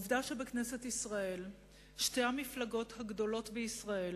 העובדה שבכנסת ישראל שתי המפלגות הגדולות בישראל